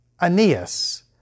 Aeneas